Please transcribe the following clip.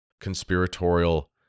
conspiratorial